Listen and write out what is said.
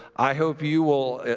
i hope you will